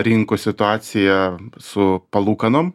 rinkų situacija su palūkanom